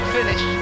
finish